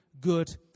good